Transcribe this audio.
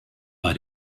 bei